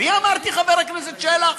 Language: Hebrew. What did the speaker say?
אני אמרתי, חבר הכנסת שלח?